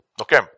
Okay